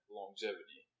longevity